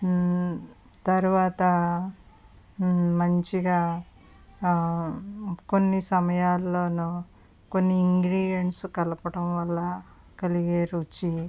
తర్వాత మంచిగా కొన్ని సమయాల్లోనూ కొన్ని ఇంగ్రిడియంట్స్ కలపడం వల్ల కలిగే రుచి